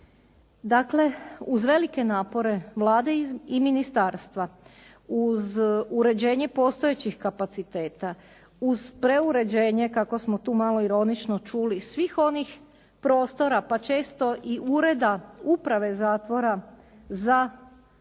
Dakle, uz velike napore Vlade i ministarstva, uz uređenje postojećih kapaciteta, uz preuređenje kako smo tu malo ironično čuli svih onih prostora, pa često i ureda Uprave zatvora za